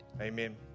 Amen